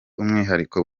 umwihariko